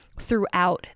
throughout